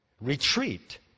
Retreat